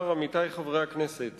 חבר הכנסת